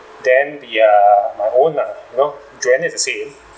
then the uh my own lah you know joanna's the same